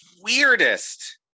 weirdest